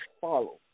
follow